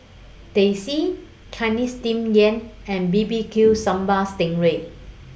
Teh C Chinese Steamed Yam and B B Q Sambal Sting Ray